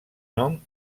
nom